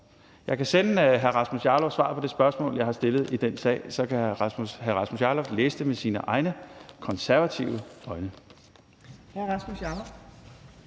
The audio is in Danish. Jeg kan sende hr. Rasmus Jarlov svaret på det spørgsmål, jeg har stillet i den sag, og så kan hr. Rasmus Jarlov læse det med sine egne konservative øjne.